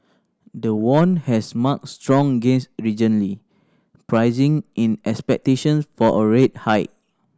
the won has marked strong gains pricing in expectations for a rate hike